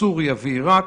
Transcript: סוריה ועיראק,